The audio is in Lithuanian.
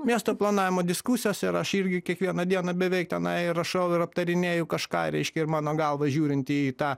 miesto planavimo diskusijos ir ar aš irgi kiekvieną dieną beveik tenai rašau ir aptarinėju kažką reiškia ir mano galva žiūrint į tą